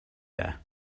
air